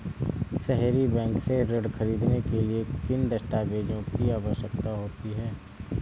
सहरी बैंक से ऋण ख़रीदने के लिए किन दस्तावेजों की आवश्यकता होती है?